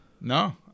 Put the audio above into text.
No